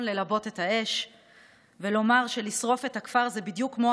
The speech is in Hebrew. ללבות את האש ולומר שלשרוף את הכפר זה בדיוק כמו